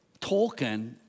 Tolkien